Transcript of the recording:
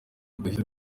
guhita